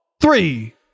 three